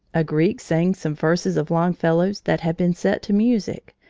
a greek sang some verses of longfellow's that had been set to music,